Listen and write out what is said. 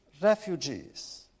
refugees